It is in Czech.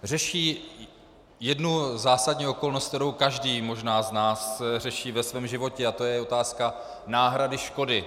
Řeší jednu zásadní okolnost, kterou každý možná z nás řeší ve svém životě, a to je otázka náhrady škody.